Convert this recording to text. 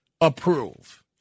approve